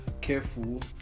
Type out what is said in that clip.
careful